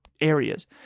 areas